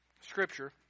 scripture